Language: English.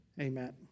Amen